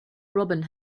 robin